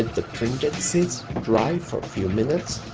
the printed sheets dry for few minutes.